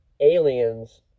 Aliens